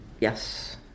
yes